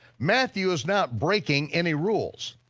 matthew is not breaking any rules.